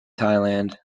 thailand